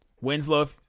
Winslow